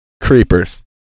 creepers